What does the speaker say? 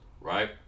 right